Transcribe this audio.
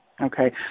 okay